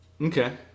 Okay